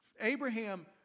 Abraham